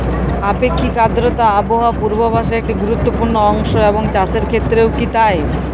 আপেক্ষিক আর্দ্রতা আবহাওয়া পূর্বভাসে একটি গুরুত্বপূর্ণ অংশ এবং চাষের ক্ষেত্রেও কি তাই?